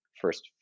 first